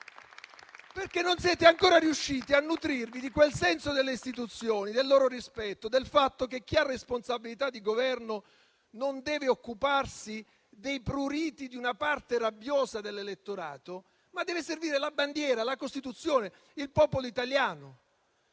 perché non siete ancora riusciti a nutrirvi del senso delle istituzioni, del loro rispetto e del fatto che chi ha responsabilità di Governo non deve occuparsi dei pruriti di una parte rabbiosa dell'elettorato, ma deve servire la bandiera, la Costituzione e il popolo italiano.